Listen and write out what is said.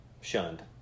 shunned